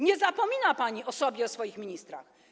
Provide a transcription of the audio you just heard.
Nie zapomina pani o sobie i o swoich ministrach.